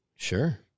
Sure